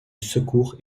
secours